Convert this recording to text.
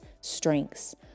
Strengths